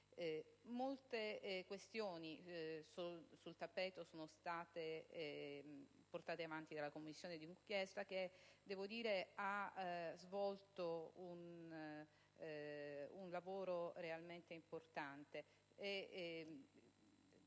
Molte questioni sul tappeto sono state portate avanti dalla Commissione d'inchiesta, che ha svolto un lavoro veramente importante.